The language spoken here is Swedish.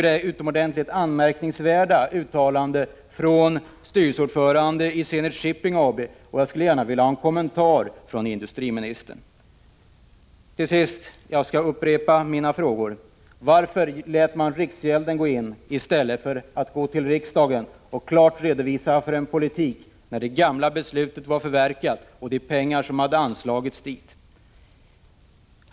Det är utomordentligt anmärkningsvärda uttalanden från styrelseordföranden i Zenit Shipping AB, och jag skulle gärna vilja ha en kommentar om detta från industriministern. Till sist skall jag upprepa mina frågor: Varför fick riksgäldskontoret gå in i stället för att det gjordes en klar redovisning för riksdagen, när det gamla beslutet och de pengar som hade anslagits var förverkade?